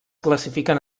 classifiquen